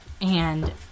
and-